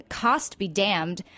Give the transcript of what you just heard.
cost-be-damned